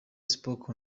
spoke